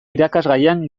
irakasgaian